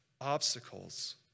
obstacles